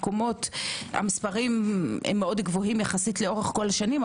המספרים מאד גבוהים יחסית לכל השנים,